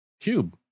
Cube